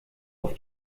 auf